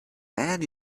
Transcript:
man